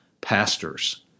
pastors—